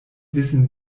wissen